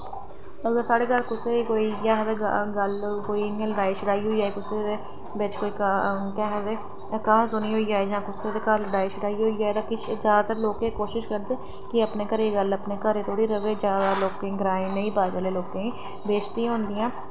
अगर साढ़े कोई कुसै दी कोई गल्ल होई जाए कोई इंया लड़ाई होई जाए कुसै दे बिच कोई केह् आखदे कहा सुनी होई जाये जां कोई कुसै दे घर कहासुनी होई जाए तां जादैतर लोग कोशिश करदे की अपने घरै दी गल्ल अपने घरै तोड़ी गै र'वै जां जादै लोकें ई ग्राएं नेईं पता चलै लोकें ई बेशतियां होंदियां